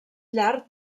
llar